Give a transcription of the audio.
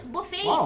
Buffet